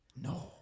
no